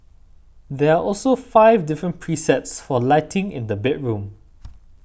there are also five different presets for lighting in the bedroom